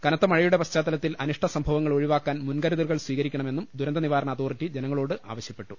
കനത്ത മഴയുടെ പശ്ചാത്തലത്തിൽ അനിഷ്ടസംഭവങ്ങൾ ഒഴി വാക്കാൻ മുൻകരുതൽ സ്വീകരിക്കണമെന്നും ദുരന്ത നിവാരണ അതോറിറ്റി ജനങ്ങളോട് ആവശ്യപ്പെട്ടു